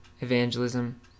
evangelism